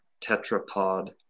tetrapod